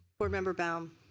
board member baum.